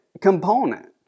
component